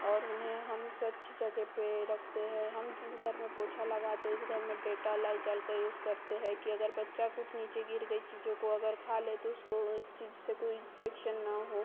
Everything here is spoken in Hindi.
और उन्हें हम स्वच्छ जगह पर रखते हैं हम जिस घर में पोछा लगाते है उस घर में डेटोल लई जल का यूज़ करते हैं कि अगर बच्चा कुछ नीचे गिर गई चीजों को अगर खा ले तो उसको उस चीज से कोई इन्फेक्शन न हो